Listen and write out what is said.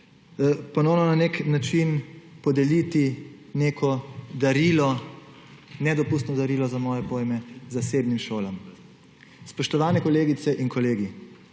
ponovno na nek način podeliti neko darilo, nedopustno darilo za moje pojme, zasebnim šolam. Spoštovani kolegice in kolegi!